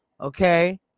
Okay